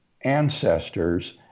ancestors